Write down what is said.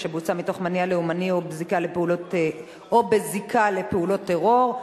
שבוצע מתוך מניע לאומני או בזיקה לפעילות טרור),